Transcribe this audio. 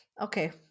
Okay